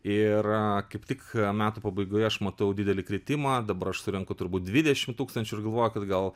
ir kaip tik metų pabaigoje aš matau didelį kritimą dabar aš surenku turbūt dvidešim tūkstančių ir galvoju kad gal